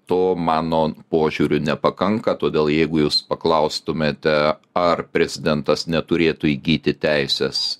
to mano požiūriu nepakanka todėl jeigu jūs paklaustumėte ar prezidentas neturėtų įgyti teisės